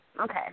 Okay